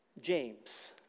James